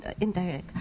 indirect